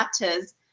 matters